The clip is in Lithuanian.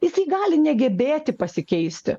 jisai gali negebėti pasikeisti